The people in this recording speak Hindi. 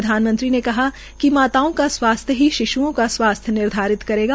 प्रधानमंत्री ने कहा कि माताओं का स्वास्थ्य ही शिश्ओं का स्वास्थ्य निर्धारित करेगा